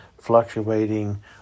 Fluctuating